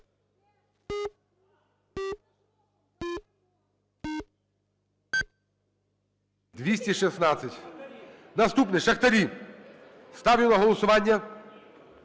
За-216 Наступне – шахтарі. Ставлю на голосування